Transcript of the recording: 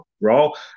role